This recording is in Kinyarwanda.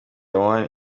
one